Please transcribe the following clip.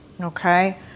okay